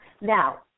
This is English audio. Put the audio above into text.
Now